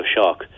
shock